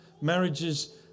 Marriages